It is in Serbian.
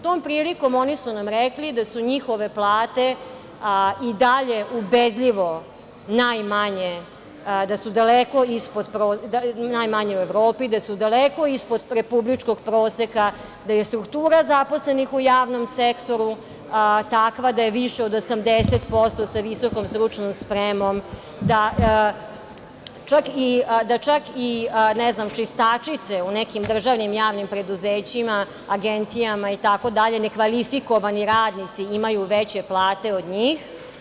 Tom prilikom oni su nam rekli da su njihove plate i dalje ubedljivo najmanje u Evropi, da su daleko ispod republičkog proseka, da je struktura zaposlenih u javnom sektoru takva da je više od 80% sa visokom stručnom spremom, da čak i čistačice u nekim državnim javnim preduzećima, agencijama itd. nekvalifikovani radnici imaju veće plate od njih.